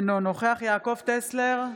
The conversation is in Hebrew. אינו נוכח יעקב טסלר,